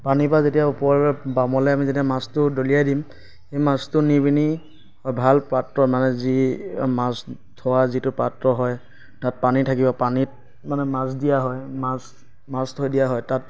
পানীৰ পৰা যেতিয়া ওপৰৰ বামলে আমি যেতিয়া মাছটো দলিয়াই দিম সেই মাছটো নি পিনি ভাল পাত্ৰত মানে যি মাছ থোৱা যিটো পাত্ৰ হয় তাত পানী থাকিব পানীত মানে মাছ দিয়া হয় মাছ মাছ থৈ দিয়া হয় তাত